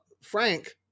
Frank